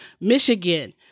Michigan